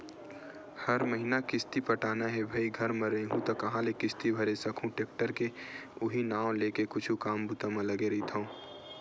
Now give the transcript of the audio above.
हर महिना किस्ती पटाना हे भई घर म रइहूँ त काँहा ले किस्ती भरे सकहूं टेक्टर के उहीं नांव लेके कुछु काम बूता म लगे रहिथव